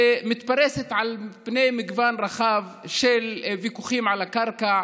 שמתפרסת על פני מגוון רחב של ויכוחים על קרקע,